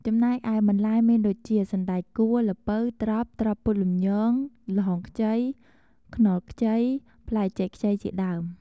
ចំណែកឯបន្លែមានដូចជា សណ្ដែកកួរ ល្ពៅ ត្រប់ ត្រប់ពុតលំញង ល្ហុងខ្ចី ខ្នុរខ្ចី ផ្លែចេកខ្ចីជាដើម។